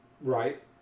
Right